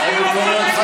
תודה רבה לכולם.